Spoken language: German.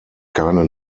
keine